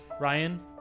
Ryan